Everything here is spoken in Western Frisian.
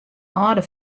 âlde